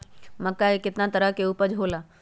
मक्का के कितना तरह के उपज हो ला?